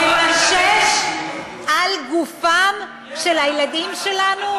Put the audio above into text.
יבוא וימשש על גופם של הילדים שלנו?